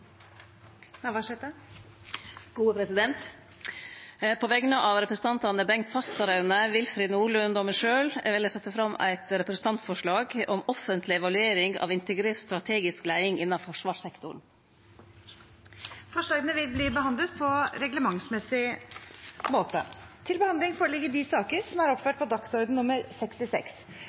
Navarsete vil fremsette et representantforslag. På vegner av representantane Bengt Fasteraune, Willfred Nordlund og meg sjølv vil eg setje fram eit representantforslag om offentleg evaluering av integrert strategisk leiing innan forsvarssektoren. Forslagene vil bli behandlet på reglementsmessig måte. Før sakene på dagens kart tas opp til behandling,